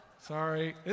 Sorry